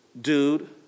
dude